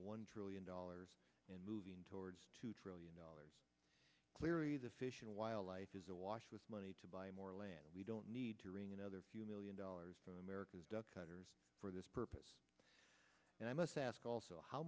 one trillion dollars and moving towards two trillion dollars clearly the fish and wildlife is awash with money to buy more land we don't need to wring another few million dollars from america's ducks cutters for this purpose and i must ask also how